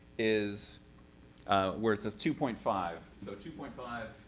is where it says two point five. so two point five,